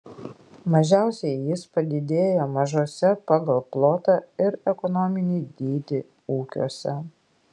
mažiausiai jis padidėjo mažuose pagal plotą ir ekonominį dydį ūkiuose